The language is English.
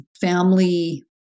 family